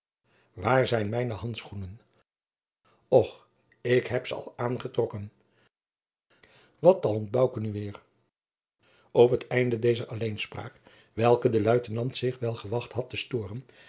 waar zijn mijne handschoenen och ik heb ze al aangetrokken wat talmt bouke nu weêr op het einde dezer alleenspraak welke de luitenant zich wel gewacht had te storen